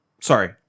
Sorry